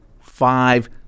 five